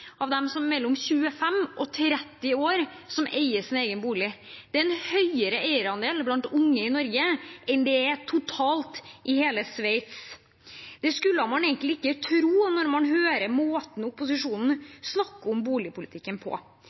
av dem som er mellom 25 og 30 år, eier sin egen bolig. Det er en høyere eierandel blant unge i Norge enn det er totalt i hele Sveits. Det skulle man egentlig ikke tro når man hører måten opposisjonen snakker om boligpolitikken på.